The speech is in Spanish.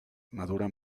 madura